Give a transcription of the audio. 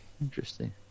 Interesting